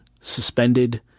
suspended